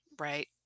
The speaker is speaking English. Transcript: right